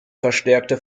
verstärkte